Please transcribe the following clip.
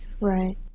Right